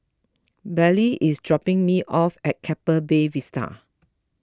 Bailee is dropping me off at Keppel Bay Vista